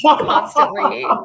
constantly